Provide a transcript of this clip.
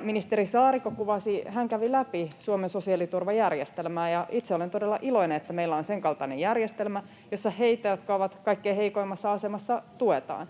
Ministeri Saarikko kuvasi ja kävi läpi Suomen sosiaaliturvajärjestelmää, ja itse olen todella iloinen, että meillä on senkaltainen järjestelmä, jossa heitä, jotka ovat kaikkein heikoimmassa asemassa, tuetaan.